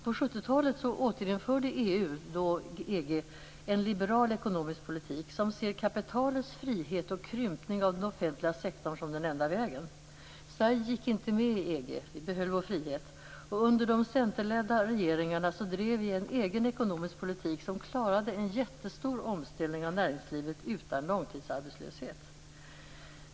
På 70-talet återinförde EU - då EG - en liberal ekonomisk politik som ser kapitalets frihet och krympning av den offentliga sektorn som den enda vägen. Sverige gick inte med i EG. Vi behöll vår frihet. Under de centerledda regeringarna drev vi en egen ekonomisk politik. Med den klarade vi en jättestor omställning av näringslivet utan långtidsarbetslöshet.